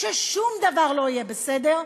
כששום דבר לא יהיה בסדר,